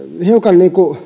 hiukan